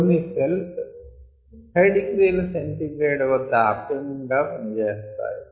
కొన్ని cells 30 ºC వద్ద optimum గా పనిచేస్తాయి